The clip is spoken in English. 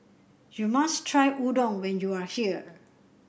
you must try Udon when you are here